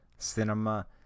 Cinema